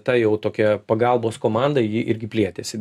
ta jau tokia pagalbos komanda ji irgi plėtėsi